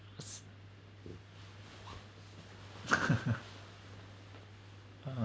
uh